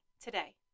today